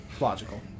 logical